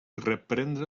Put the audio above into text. reprendre